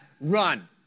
run